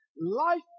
Life